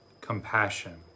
compassion